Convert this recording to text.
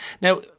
Now